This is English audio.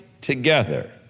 together